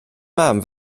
mam